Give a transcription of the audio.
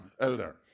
Elder